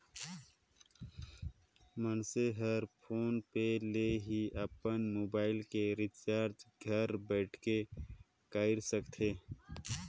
मइनसे हर फोन पे ले ही अपन मुबाइल के रिचार्ज घर बइठे कएर सकथे